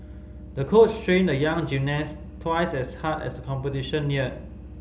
the coach trained the young gymnast twice as hard as competition neared